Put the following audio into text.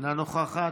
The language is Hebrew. אינה נוכחת,